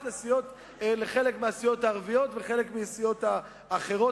פרט לחלק מהסיעות הערביות וחלק מהסיעות האחרות.